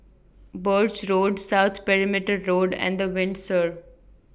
Birch Road South Perimeter Road and The Windsor